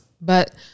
but-